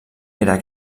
era